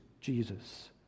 Jesus